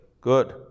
Good